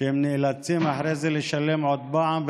הם נאלצים אחרי זה לשלם עוד פעם,